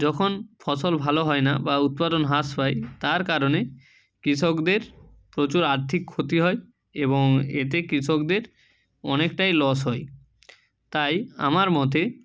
যখন ফসল ভালো হয় না বা উৎপাদন হ্রাস পায় তার কারণে কৃষকদের প্রচুর আর্থিক ক্ষতি হয় এবং এতে কৃষকদের অনেকটাই লস হয় তাই আমার মতে